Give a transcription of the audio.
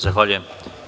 Zahvaljujem.